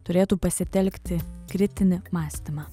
turėtų pasitelkti kritinį mąstymą